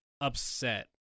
upset